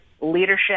leadership